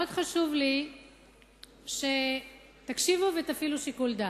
חשוב לי שתקשיבו ותפעילו שיקול דעת.